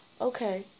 Okay